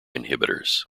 inhibitors